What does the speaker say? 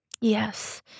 Yes